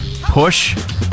push